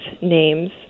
names